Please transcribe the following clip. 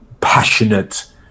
passionate